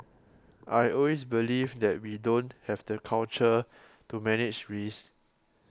I always believe that we don't have the culture to manage risks